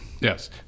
Yes